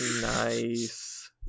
Nice